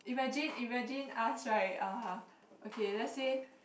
imagine imagine ask right uh okay let's say